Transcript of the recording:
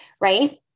right